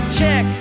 check